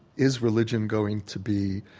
is religion going to be